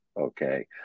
Okay